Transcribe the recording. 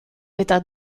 eta